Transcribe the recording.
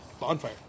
bonfire